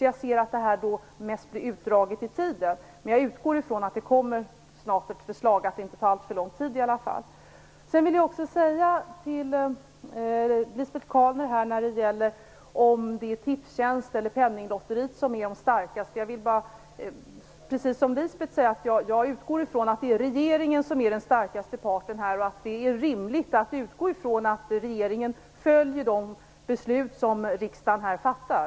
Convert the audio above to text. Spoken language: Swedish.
Jag tycker att det här i onödan drar ut på tiden, men jag utgår från att det inte dröjer alltför länge innan det kommer ett förslag. När det gäller frågan om det är Tipstjänst eller Penninglotteriet som är den starkaste vill jag precis som Lisbet Calner säga att jag utgår från att det är regeringen som är den starkaste parten. Det är rimligt att utgå från att regeringen följer de beslut som riksdagen här fattar.